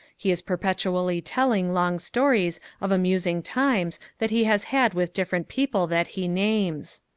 he is perpetually telling long stories of amusing times that he has had with different people that he names.